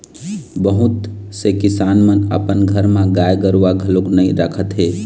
बहुत से किसान मन अपन घर म गाय गरूवा घलोक नइ राखत हे